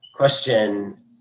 question